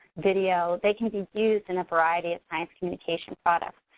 video, they can be used in a variety of science communication products.